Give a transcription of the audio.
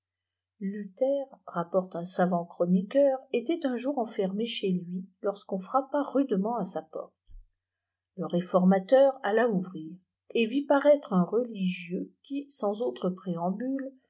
luther rapporte un savant chroniqueur était un jour enfermé chez lui lorsqu'on frappa rudement à sa porte le réformateur alla ouvrir et vit paraître un religieux qui sans autre préambule